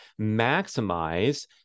maximize